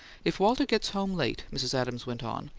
if walter gets home late, mrs. adams went on,